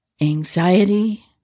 anxiety